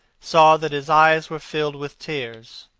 saw that his eyes were filled with tears.